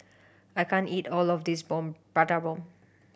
I can't eat all of this bomb Prata Bomb